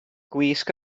gwisg